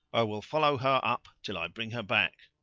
i will follow her up till i bring her back.